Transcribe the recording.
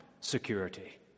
security